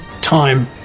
Time